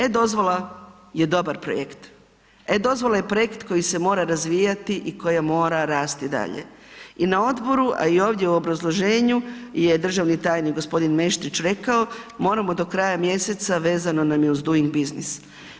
E-dozvola je dobar projekt, e-dozvola je projekt koji se mora razvijati i koji rasti dalje, i na Odboru, a i ovdje u obrazloženju je državni tajnik gospodin Meštrić rekao moramo do kraja mjeseca, vezano nam je uz doing business.